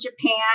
Japan